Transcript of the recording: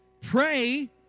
Pray